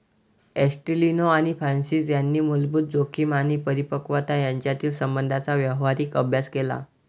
ॲस्टेलिनो आणि फ्रान्सिस यांनी मूलभूत जोखीम आणि परिपक्वता यांच्यातील संबंधांचा व्यावहारिक अभ्यास केला